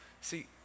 See